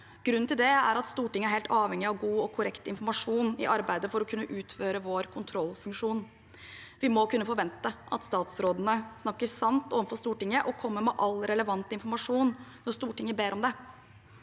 Grunnen er at Stortinget er helt avhengig av god og korrekt informasjon i arbeidet for å kunne utføre vår kontrollfunksjon. Vi må kunne forvente at statsrådene snakker sant overfor Stortinget og kommer med all relevant informasjon når Stortinget ber om det.